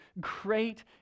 great